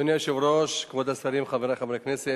אדוני היושב-ראש, כבוד השרים, חברי חברי הכנסת,